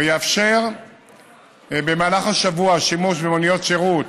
ויאפשר במהלך השבוע שימוש במוניות שירות